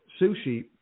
sushi